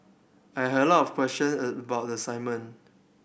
I had a lot of question about the assignment